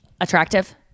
attractive